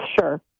sure